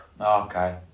okay